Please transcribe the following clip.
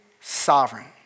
sovereign